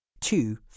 Two